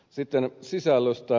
sitten sisällöstä